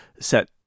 set